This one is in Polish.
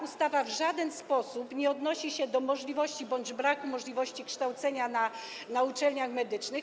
Ustawa w żaden sposób nie odnosi się do możliwości bądź braku możliwości kształcenia na uczelniach medycznych.